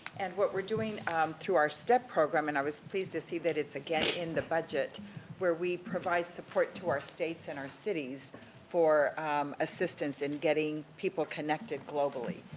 and, what we're doing through our step program, and i was pleased to see that it's again in the budget where we provide support to our states and our cities for assistance in getting people connected globally.